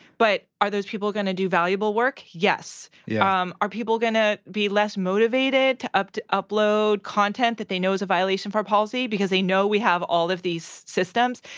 but are those people gonna do valuable work? yes. yeah um are people gonna be less motivated to upd upload content that they know is a violation of our policy, because they know we have all of these systems?